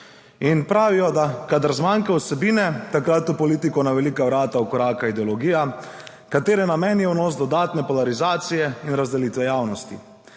Pravijo, da kadar zmanjka vsebine, takrat v politiko na velika vrata vkoraka ideologija, katere namen je vnos dodatne polarizacije in razdelitev javnosti.